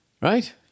right